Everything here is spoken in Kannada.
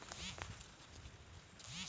ಕಬ್ಬಿನ ಬೆಳೆಗೆ ಪೋಟ್ಯಾಶ ಗೊಬ್ಬರದಿಂದ ಉಪಯೋಗ ಐತಿ ಏನ್?